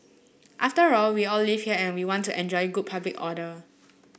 after all we all live here and we want to enjoy good public order